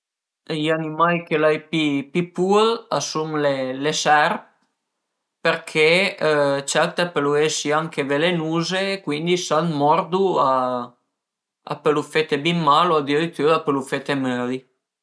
I animai chë l'ai pi pur a sun le serp përché certe a pölu esi anche velenuze, cuindi së a të mordu a pölu feti bin mal u adiritüra a pölu fete möri